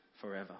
forever